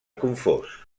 confós